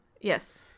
Yes